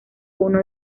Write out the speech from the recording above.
uno